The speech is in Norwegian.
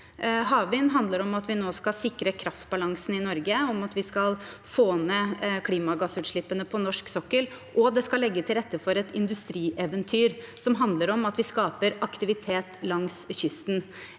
Havvind handler om at vi nå skal sikre kraftbalansen i Norge og få ned klimagassutslippene på norsk sokkel, og det skal legge til rette for et industrieventyr som handler om at vi skaper aktivitet langs kysten.